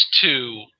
two